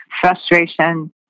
frustration